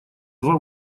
два